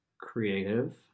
Creative